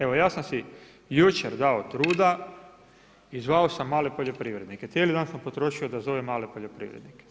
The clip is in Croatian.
Evo ja sam si jučer dao truda i zvao sam male poljoprivrednike, cijeli dan sam potrošio da zovem male poljoprivrednike.